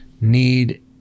need